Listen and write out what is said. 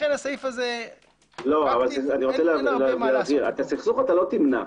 את הסכסוך לא תמנע.